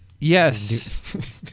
yes